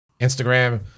Instagram